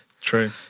True